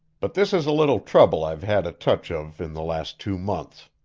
but this is a little trouble i've had a touch of in the last two months.